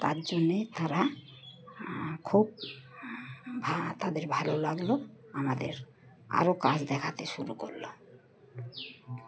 তার জন্যেই তারা খুব ভ তাদের ভালো লাগলো আমাদের আরও কাজ দেখাতে শুরু করলো